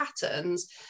patterns